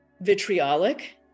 vitriolic